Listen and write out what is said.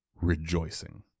rejoicing